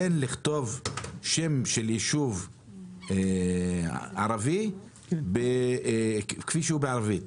אין לכתוב שם של ישוב ערבי כפי שהוא בערבית.